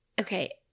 Okay